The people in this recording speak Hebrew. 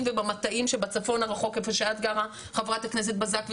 ובמטעים שבצפון הרחוק איפה שאת גרה חברת הכנסת בזק,